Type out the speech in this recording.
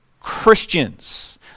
Christians